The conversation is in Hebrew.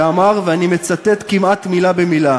שאמר, ואני מצטט כמעט מילה במילה,